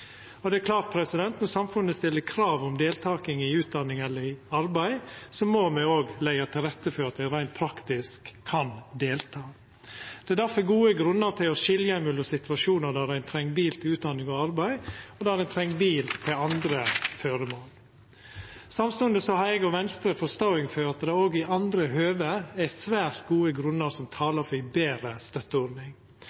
Det er klart at når samfunnet stiller krav om deltaking i utdanning eller i arbeid, må me òg leggja til rette for at dei reint praktisk kan delta. Det er derfor gode grunnar til å skilja mellom situasjonar der ein treng bil til utdanning og arbeid, og der ein treng bil til andre føremål. Samstundes har eg og Venstre forståing for at det òg i andre høve er svært gode grunnar som